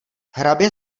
hrabě